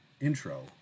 intro